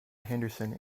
henderson